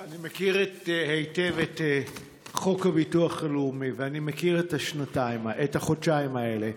אני מכיר היטב את חוק הביטוח הלאומי ואני מכיר את החודשיים האלה.